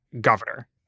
governor